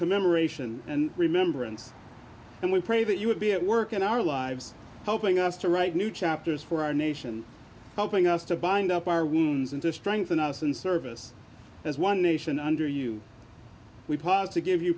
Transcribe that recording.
commemoration and remembrance and we pray that you would be at work in our lives helping us to write new chapters for our nation and helping us to bind up our wounds and to strengthen us in service as one nation under you we pause to give you